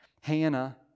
Hannah